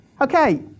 Okay